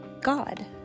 God